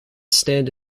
stand